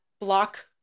block